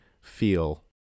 feel